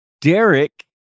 Derek